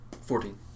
fourteen